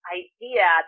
idea